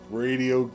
radio